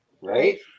right